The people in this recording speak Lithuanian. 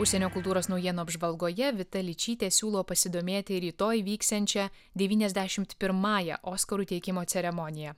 užsienio kultūros naujienų apžvalgoje vita ličytė siūlo pasidomėti rytoj vyksiančia devyniasdešimt pirmąja oskarų teikimo ceremoniją